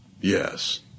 Yes